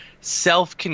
Self